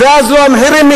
ואז לא יעלו המחירים.